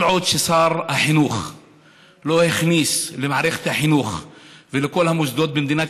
כל עוד שר החינוך לא מכניס למערכת החינוך ולכל המוסדות במדינת